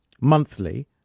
monthly